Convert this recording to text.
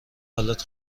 حالت